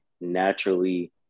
naturally